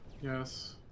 Yes